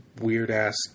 weird-ass